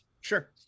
Sure